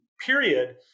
period